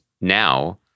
now